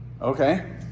Okay